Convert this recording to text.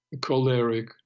choleric